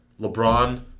LeBron